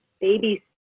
baby